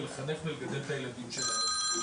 לחנך ולגדל את הילדים שלהן.